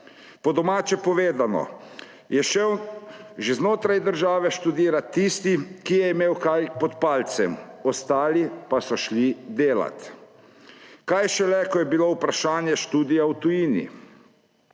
Po domače povedano, je šel že znotraj države študirat tisti, ki je imel kaj pod palcem, ostali pa so šli delat. Kaj šele, ko je bilo vprašanje študija v tujini.